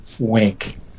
Wink